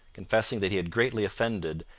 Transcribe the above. confessing that he had greatly offended,